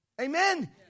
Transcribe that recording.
Amen